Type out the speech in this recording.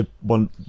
one